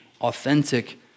authentic